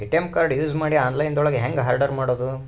ATM card use ಮಾಡಿ online ದೊಳಗೆ ಹೆಂಗ್ ಆರ್ಡರ್ ಮಾಡುದು?